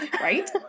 Right